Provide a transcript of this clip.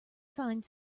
find